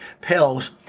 pills